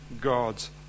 God's